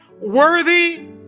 Worthy